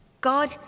God